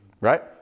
Right